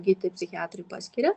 kiti psichiatrai paskiria